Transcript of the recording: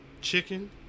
chicken